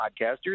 podcasters